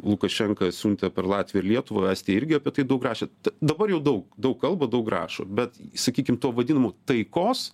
lukašenka siuntė per latviją ir lietuvą estija irgi apie tai daug rašėte t dabar jau daug daug kalba daug rašo bet sakykime tuo vadinamu taikos